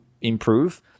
improve